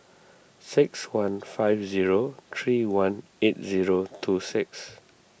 six one five zero three one eight zero two six